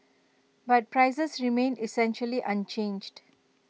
but prices remained essentially unchanged